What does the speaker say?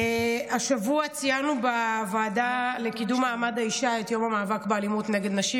השבוע ציינו בוועדה לקידום מעמד האישה את יום המאבק באלימות נגד נשים,